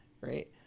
right